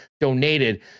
donated